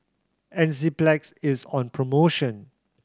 Enzyplex is on promotion